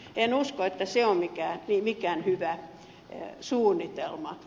en usko että se on mikään hyvä suunnitelma